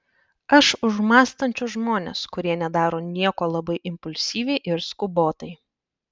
aš už mąstančius žmones kurie nedaro nieko labai impulsyviai ir skubotai